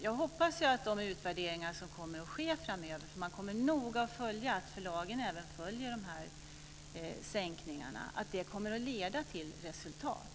Jag hoppas att de utvärderingar som sker framöver - man kommer att noga följa att förlagen fullföljer sänkningarna - kommer att leda till resultat.